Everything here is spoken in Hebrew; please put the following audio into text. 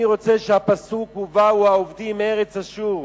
אני רוצה שהפסוק, ובאו האובדים מארץ אשור